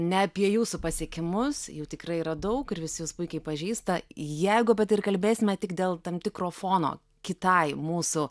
ne apie jūsų pasiekimus jų tikrai yra daug ir visi jus puikiai pažįsta jeigu kalbėsime tik dėl tam tikro fono kitai mūsų